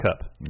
cup